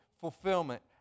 fulfillment